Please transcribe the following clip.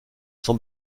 son